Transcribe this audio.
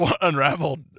unraveled